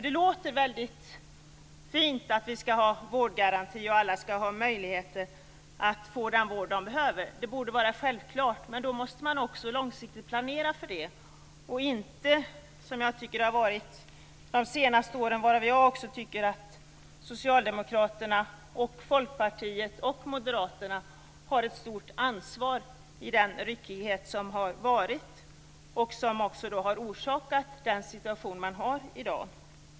Det låter väldigt fint att vi skall ha en vårdgaranti och att alla skall ha möjlighet att få den vård som de behöver. Det borde vara självklart, men då måste man också långsiktigt planera för det. Inte bara jag tycker att Socialdemokraterna, Folkpartiet och Moderaterna har ett stort ansvar för den ryckighet som förekommit under senare år och som har förorsakat dagens situation.